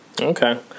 Okay